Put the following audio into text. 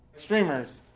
streamers.